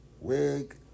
wig